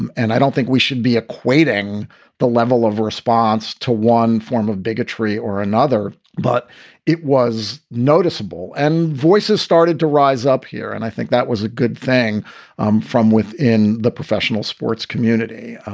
and and i don't think we should be equating the level of response to one form of bigotry or another. but it was noticeable and voices started to rise up here. and i think that was a good thing um from within the professional sports community.